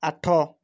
ଆଠ